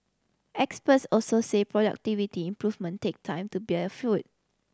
experts also say productivity improvement take time to bear fruit